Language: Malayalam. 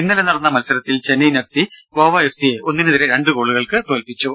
ഇന്നലെ നടന്ന മത്സരത്തിൽ Chennaiyin F C Goa F സിയെ ഒന്നിനെതിരെ രണ്ടു ഗോളുകൾക്ക് തോൽപ്പിച്ചു